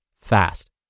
fast